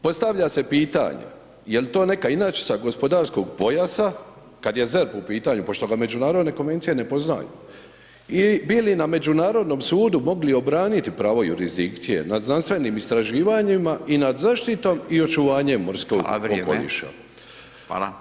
Dakle postavlja se pitanje, jel to neka inačica gospodarskog pojasa, kada je ZERP u pitanju pošto ga međunarodne konvencije ne poznaju i bili na međunarodnom sudu mogli obraniti pravo jurisdikcije nad znanstvenim istraživanjima i nad zaštitom i očuvanjem morskog okoliša.